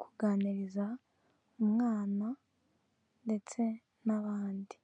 kuganiriza umwana ndetse n'abandi.